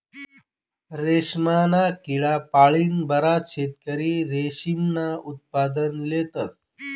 रेशमना किडा पाळीन बराच शेतकरी रेशीमनं उत्पादन लेतस